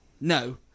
no